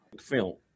film